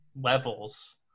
levels